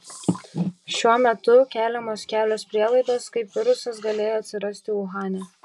šiuo metu keliamos kelios prielaidos kaip virusas galėjo atsirasti uhane